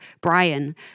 Brian